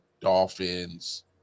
Dolphins